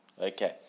Okay